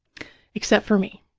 except for me.